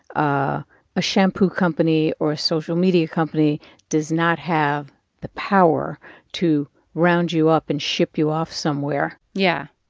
ah a shampoo company or a social media company does not have the power to round you up and ship you off somewhere yeah.